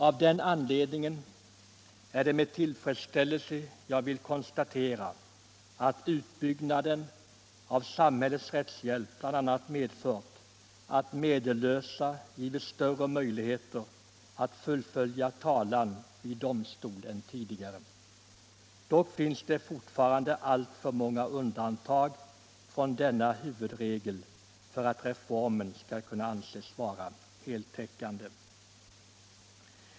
Av den anledningen är det med tillfredsställelse jag vill konstatera att utbyggnaden av samhällets rättshjälp bl.a. medfört, att medellösa 105 givits större möjligheter att fullfölja talan vid domstol än tidigare. Dock finns det fortfarande alltför många undantag från denna huvudregel för att reformen skall kunna anses vara heltäckande.